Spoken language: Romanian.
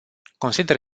consider